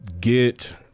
get